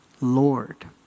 Lord